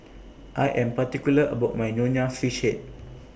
I Am particular about My Nonya Fish Head